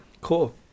Cool